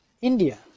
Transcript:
India